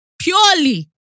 Purely